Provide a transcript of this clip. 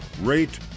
rate